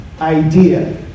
idea